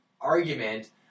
argument